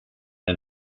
and